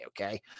okay